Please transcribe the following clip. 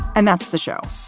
and that's the show.